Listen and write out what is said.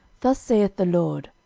thus saith the lord,